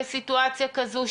בסיטואציה כזו,